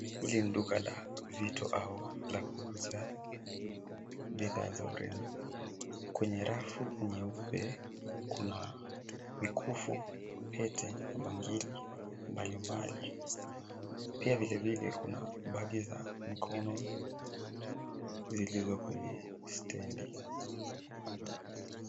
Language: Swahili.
Hili ni duka la vitu au la kuuza bidhaa za urembo. Kwenye rafu nyeupe kuna mikufu, pete na bangili mbalimbali. Pia vile vile kuna bagi za mkono zilizo kwenye stendi.